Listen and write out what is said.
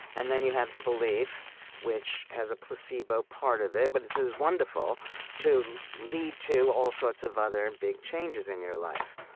and then you have the belief which has a placebo part of it, but it's as wonderful to lead to all sorts of other and big changes in your life.